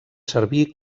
servir